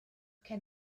can